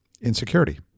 insecurity